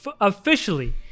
officially